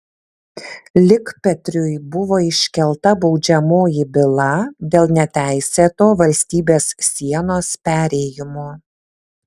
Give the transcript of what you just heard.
likpetriui buvo iškelta baudžiamoji byla dėl neteisėto valstybės sienos perėjimo